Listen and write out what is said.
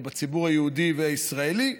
בציבור היהודי הישראלי,